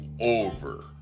over